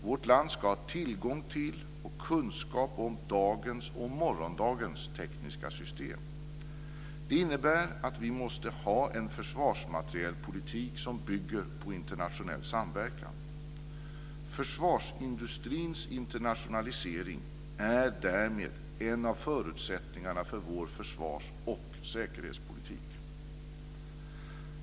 Vårt land ska ha tillgång till och kunskap om dagens och morgondagens tekniska system. Det innebär att vi måste ha en försvarsmaterielpolitik som bygger på internationell samverkan. Försvarsindustrins internationalisering är därmed en av förutsättningarna för vår försvars och säkerhetspolitik.